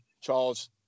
Charles